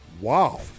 Wow